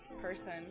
person